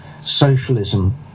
socialism